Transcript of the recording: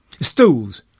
Stools